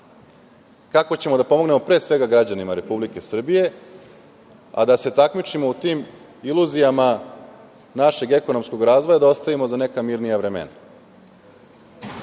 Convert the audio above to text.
kako ćemo da pomognemo pre svega građanima Republike Srbije, a da se takmičimo u tim iluzijama našeg ekonomskog razvoja da ostavimo za neka mirnija vremena. Pitanje